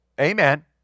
amen